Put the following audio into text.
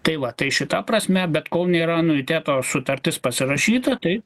tai va tai šita prasme bet kol nėra anuiteto sutartis pasirašyta tai